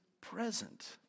present